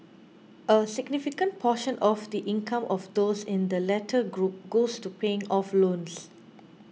a significant portion of the income of those in the latter group goes to paying off loans